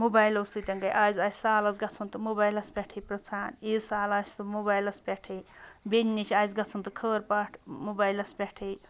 موبایلو سۭتۍ گٔے آز آسہِ سالَس گژھُن تہٕ موبایلَس پٮ۪ٹھٕے پِرٛژھان عیٖز سال آسہِ تہٕ موبایلَس پٮ۪ٹھٕے بیٚنہِ نِش آسہِ گژھُن تہٕ خٲرپاٹھ موبایلَس پٮ۪ٹھٕے